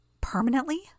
Permanently